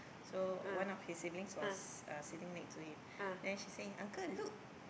so one of his siblings was uh sitting next to him then she say uncle look